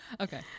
Okay